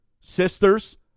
sisters